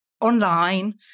online